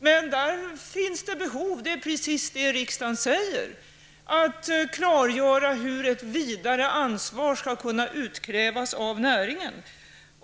Men där finns behov, det är precis det riksdagen säger, att klargöra hur ett vidare ansvar skall kunna utkrävas av näringen.